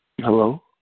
Hello